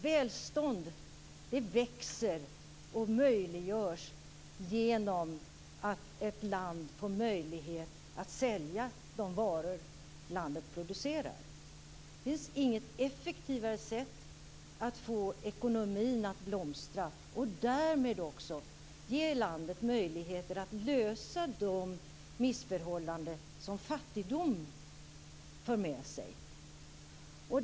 Välstånd växer och möjliggörs genom att ett land får möjlighet att sälja de varor som landet producerar. Det finns inget effektivare sätt att få ekonomin att blomstra och därmed också ge landet möjligheter att åtgärda de missförhållanden som fattigdom för med sig.